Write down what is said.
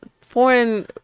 foreign